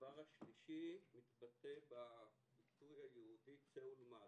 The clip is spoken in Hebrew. הדבר השלישי מתבטא בביטוי היהודי צא ולמד.